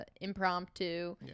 impromptu